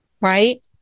right